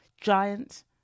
Giant